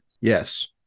yes